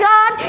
God